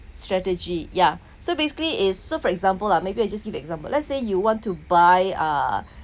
strategy ya so basically is so for example lah maybe I just give example let's say you want to buy uh